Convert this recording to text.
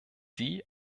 sie